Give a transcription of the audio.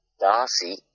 Darcy